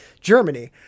Germany